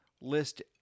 list